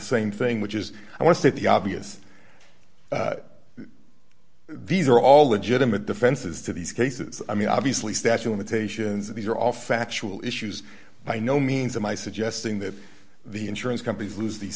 same thing which is i want to state the obvious these are all legitimate defenses to these cases i mean obviously statue limitations of these are all factual issues by no means am i suggesting that the insurance companies lose these